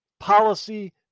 Policy